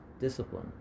discipline